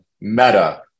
meta